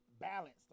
balanced